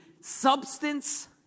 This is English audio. substance